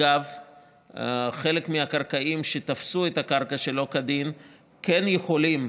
וחלק מהחקלאים שתפסו את הקרקע שלא כדין כן יכולים,